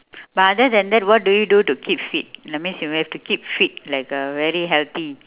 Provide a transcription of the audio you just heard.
but other than that what do you do to keep fit that means you have to keep fit like uh very healthy